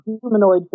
humanoid